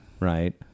Right